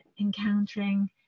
encountering